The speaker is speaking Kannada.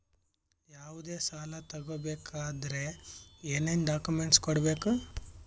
ಯಾವುದೇ ಸಾಲ ತಗೊ ಬೇಕಾದ್ರೆ ಏನೇನ್ ಡಾಕ್ಯೂಮೆಂಟ್ಸ್ ಕೊಡಬೇಕು?